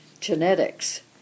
genetics